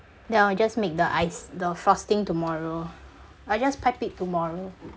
then I will just make the ice the frosting tomorrow I'll just pipe it tomorrow